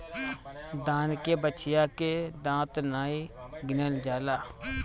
दान के बछिया के दांत नाइ गिनल जाला